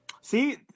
See